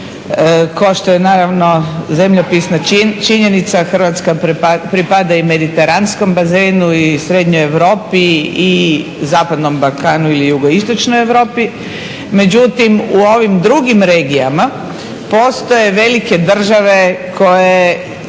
kao što je naravno zemljopisna činjenica Hrvatska pripada i mediteranskom bazenu i srednjoj Europi i zapadnom Balkanu ili jugoistočnoj Europi. Međutim, u ovim drugim regijama postoje velike države koje